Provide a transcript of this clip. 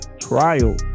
trial